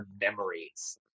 memories